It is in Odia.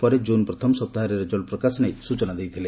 ପରେ ଜୁନ୍ ପ୍ରଥମ ସପ୍ତାହରେ ରେଜଲ୍ଟ ପ୍ରକାଶ ନେଇ ସୂଚନା ଦେଇଥିଲେ